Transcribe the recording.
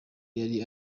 yari